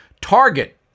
Target